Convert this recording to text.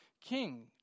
king